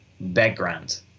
background